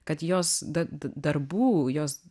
kad jos d d darbų jos